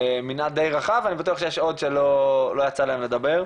מנעד די רחב ואני בטוח שיש עוד שלא יצא להם לדבר.